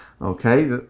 Okay